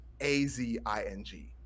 A-Z-I-N-G